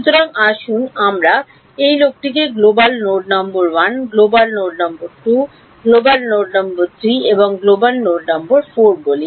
সুতরাং আসুন আমরা এই লোকটিকে global node number 1 global node 2 global node 3 এবং গ্লোবাল নোড 4 বলি